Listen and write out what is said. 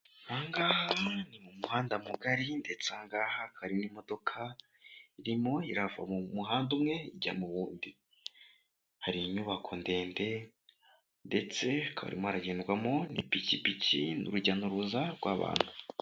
Aha ngaha ni mu muhanda mugari, ndetse aha ngaha hakaba hari n'imodoka irimo irava mu muhanda umwe ijya mu wundi, hari inyubako ndende ndetse hakaba harimo haragendwamo n'ipikipiki n'urujya n'uruza rw'abantu.